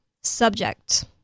subject